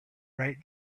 write